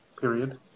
period